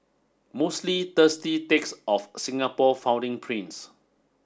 mostly thirsty takes of Singapore founding prince